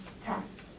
test